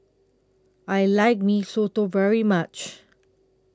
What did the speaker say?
I like Mee Soto very much